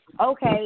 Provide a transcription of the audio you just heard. Okay